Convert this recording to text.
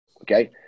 okay